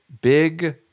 big